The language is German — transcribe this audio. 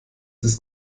ist